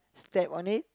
step on it